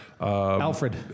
Alfred